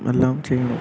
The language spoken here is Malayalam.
എല്ലാം ചെയ്യുന്നു